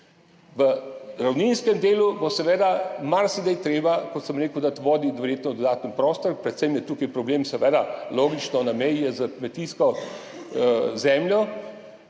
V ravninskem delu bo marsikdaj treba, kot sem rekel, dati vodi verjetno dodaten prostor, predvsem je tukaj problem, seveda, logično, na meji je s kmetijsko zemljo,